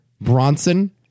bronson